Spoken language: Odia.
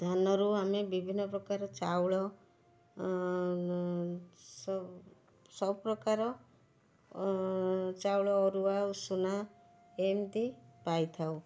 ଧାନରୁ ଆମେ ବିଭିନ୍ନ ପ୍ରକାର ଚାଉଳ ସବୁ ପ୍ରକାର ଚାଉଳ ଅରୁଆ ଉଷୁନା ଏମିତି ପାଇଥାଉ